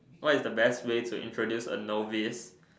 what is the best way to introduce a novice